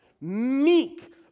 meek